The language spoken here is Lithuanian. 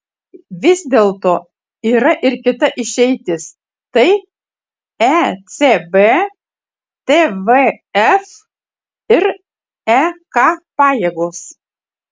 vis dėlto yra ir kita išeitis tai ecb tvf ir ek pajėgos